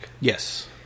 Yes